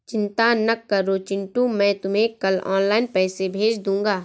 चिंता ना करो चिंटू मैं तुम्हें कल ऑनलाइन पैसे भेज दूंगा